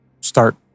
start